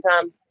time